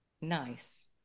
Nice